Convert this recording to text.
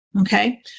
okay